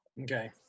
Okay